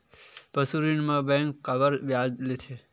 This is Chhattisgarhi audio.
पशु ऋण म बैंक काबर ब्याज लेथे?